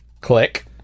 click